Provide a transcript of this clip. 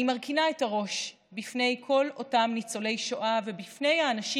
אני מרכינה את הראש בפני כל אותם ניצולי שואה ובפני האנשים